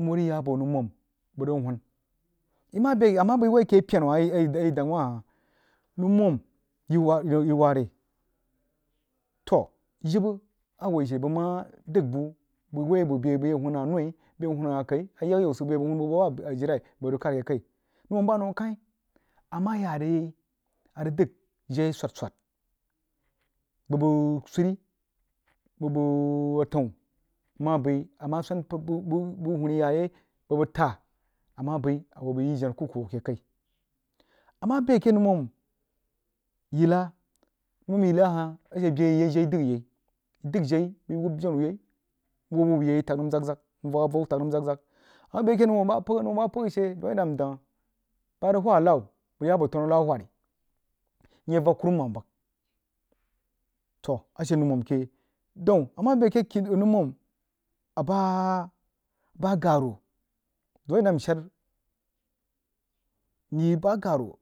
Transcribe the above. nhoo rig yah bo noumum bəg rig huun yi mah bəi a meh bəi wol keh pyena wah a yi noumum yiware toh jibə a woi she bəg mah dəg buh bəg wai bəg bəg yah huun hah roi bəg yab hunn hah kəi a yagyau sid boh yai bəg hunn bəg bil ajilai bəg hoo khad akəi noumum noukai a mah yah re yai a rig dəg jie swad-swad bəg bəg swire bəg bəg stəun mmah bəi a mah swan bəg huuni yah yai bəg bəg taah a mah bəi a hoo bəi yi jenah kuku wuh akeh ka a mah bəi a keh noumum yilla noumum yilla hah a she bəa a yi yag jie dəghi yai yi dəg jie bəu yai nwuba wubah ye yai tag nəm zag-zag nvak avau tag nəm zag-zag a bəi keh noumum bah pəgha noumum bah pəgha daun yadda ndang bah whad a labbah bəg ya bo tanu alabbah whidri nye vak kurumam bəg toh a she noumum keh daun amah beh keh noumum abah garo daun yadda nshad nyi bah garo